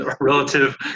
relative